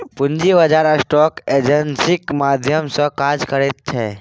पूंजी बाजार स्टॉक एक्सेन्जक माध्यम सँ काज करैत छै